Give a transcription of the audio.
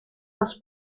das